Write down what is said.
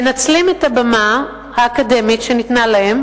מנצלים את הבמה האקדמית שניתנה להם